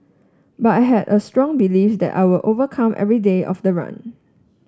but I had a strong belief that I will overcome every day of the run